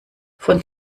von